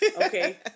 Okay